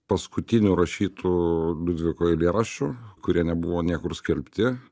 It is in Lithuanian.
paskutinių rašytų liudviko eilėraščių kurie nebuvo niekur skelbti